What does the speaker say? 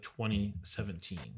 2017